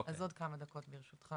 אז עוד כמה דקות ברשותך.